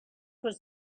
was